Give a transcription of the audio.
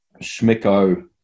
schmicko